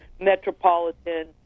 Metropolitan